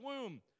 womb